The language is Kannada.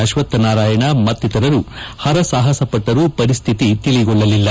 ಅಶ್ವತ್ಹ ನಾರಾಯಣ್ ಮತ್ತಿತರರು ಹರಸಾಹಸ ಪಟ್ಟರೂ ಪರಿಸ್ಥಿತಿ ತಿಳಿಗೊಳ್ಳಲಿಲ್ಲ